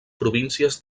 províncies